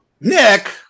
nick